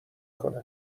کنه